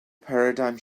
paradigm